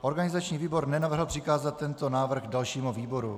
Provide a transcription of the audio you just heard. Organizační výbor nenavrhl přikázat tento návrh dalšímu výboru.